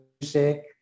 music